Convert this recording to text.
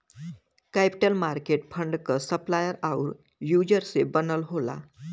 capital market fund क supplier आउर user से बनल होला